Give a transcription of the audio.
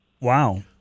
Wow